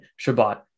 Shabbat